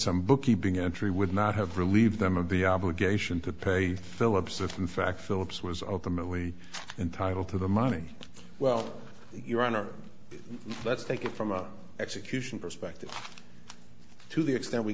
some bookkeeping entry would not have relieve them of the obligation to pay phillips if in fact phillips was ultimately entitled to the money well your honor let's take it from an execution perspective to the extent we